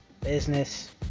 business